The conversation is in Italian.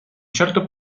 certo